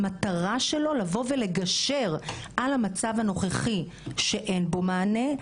המטרה שלו לבוא ולגשר על המצב הנוכחי שאין בו מענה,